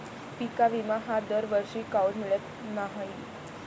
पिका विमा हा दरवर्षी काऊन मिळत न्हाई?